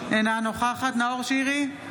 נוכחת נאור שירי,